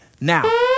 now